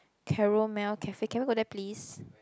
Carel Mel cafe can we go there please